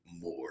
more